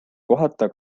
kohata